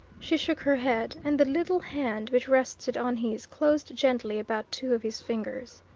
she shook her head, and the little hand which rested on his closed gently about two of his fingers.